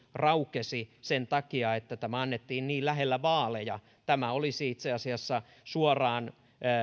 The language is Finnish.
raukesi sen takia että tämä annettiin niin lähellä vaaleja tämä olisi itse asiassa suoraan